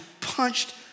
punched